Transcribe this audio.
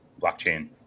blockchain